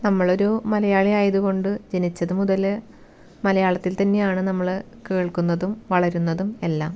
നമ്മൾ ഒരു മലയാളി ആയതുകൊണ്ട് ജനിച്ചതു മുതൽ മലയാളത്തിൽ തന്നെയാണ് നമ്മൾ കേൾക്കുന്നതും വളരുന്നതും എല്ലാം